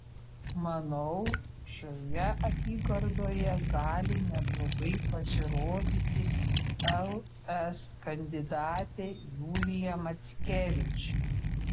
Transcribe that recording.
manau šioje apygardoje gali neblogai pasirodyti ls kandidatė julija mackevič